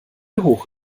hoch